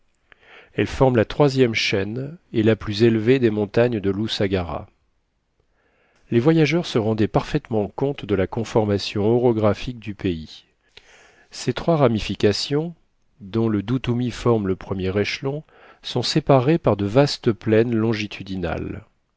elles forment la troisième chaîne et la plus élevée des montagnes de l'usagara les voyageurs se rendaient parfaitement compte de la conformation orographique du pays ces trois ramifications dont le duthumi forme le premier échelon sont séparées par de vastes plaines longitudinales